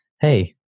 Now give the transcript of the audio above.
Hey